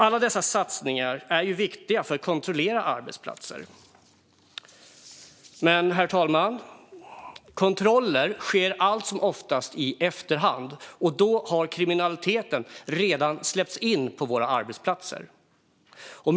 Alla dessa satsningar är viktiga för att kontrollera arbetsplatser, herr talman. Men kontroller sker allt som oftast i efterhand, och då har kriminaliteten redan släppts in på våra arbetsplatser.